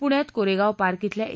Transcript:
पुण्यात कोरेगाव पार्क बेल्या ए